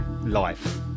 life